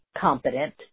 competent